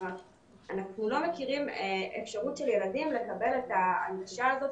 אנחנו לא מכירים אפשרות של ילדים לקבל את ההנגשה הזאת,